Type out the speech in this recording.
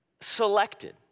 selected